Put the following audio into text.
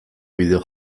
bideo